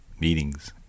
meetings